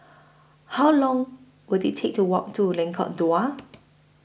How Long Will IT Take to Walk to Lengkok Dua